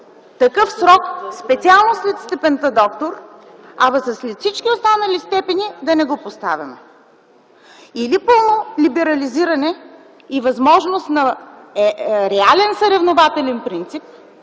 такъв срок специално след степента „доктор”, а след всички останали степени да не го поставяме. Или пълно либерализиране и възможност за реален състезателен принцип,